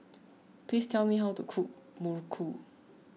please tell me how to cook Muruku